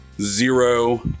zero